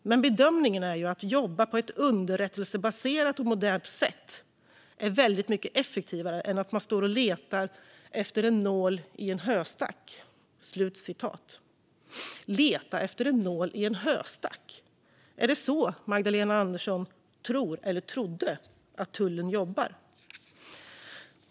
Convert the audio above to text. Men bedömningen är ju att jobba på ett underrättelsebaserat och modernt sätt är väldigt mycket effektivare än att man står och letar efter en nål i en höstack." "Leta efter en nål i en höstack." Är det så Magdalena Andersson tror, eller trodde, att tullen jobbar?